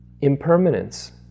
impermanence